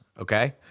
okay